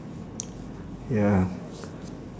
ya